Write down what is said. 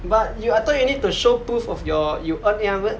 but yo~ I thought you need to show proof of your you earn eight hundred